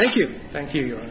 thank you thank you